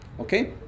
Okay